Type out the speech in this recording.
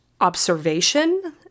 observation